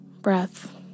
breath